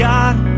God